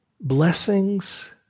blessings